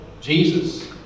Jesus